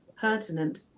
pertinent